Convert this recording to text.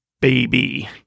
baby